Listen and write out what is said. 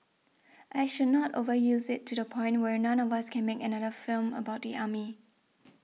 I should not overuse it to the point where none of us can make another film about the army